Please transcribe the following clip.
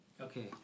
Okay